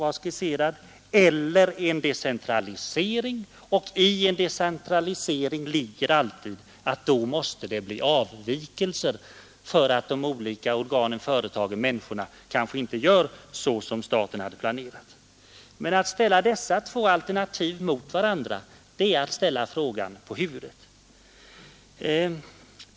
Vidare sade herr Ekström att vi måste bestämma oss: antingen gäller det att få en hård dirigering med en sådan planering som vi skisserat i folkpartimotionen eller gäller det att få en decentralisering. Men att sätta upp dessa två alternativ mot varandra är att ställa frågan på huvudet.